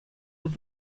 with